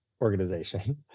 organization